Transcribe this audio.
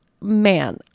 man